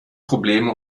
probleme